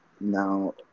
now